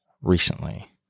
recently